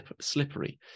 slippery